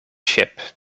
ship